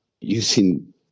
using